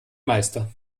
meister